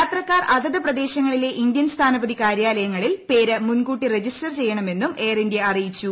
യാത്രക്കാർ അതത് പ്രദേശങ്ങളിലെ ഇന്ത്യൻ സ്ഥാനപതി കാര്യാലയങ്ങളിൽ പേര് മുൻകൂട്ടി രജിസ്റ്റർ ചെയ്യണമെന്നും എയർ ഇന്ത്യ അറിയിച്ചു